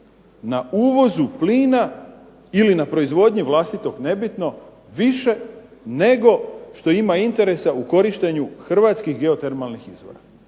na uvozu plina ili na proizvodnji vlastitog nebitno, više nego što ima interesa u korištenju hrvatskih geotermalnih izvora.